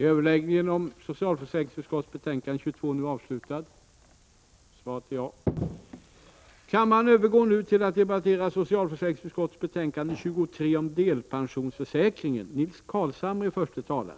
Kammaren övergår nu till att debattera finansutskottets betänkande 24 om ändring i lagen för Sveriges riksbank och i Bankoreglementet jämte vissa motioner om sedlar och mynt.